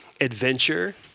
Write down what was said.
adventure